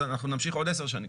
אנחנו נמשיך עוד עשר שנים,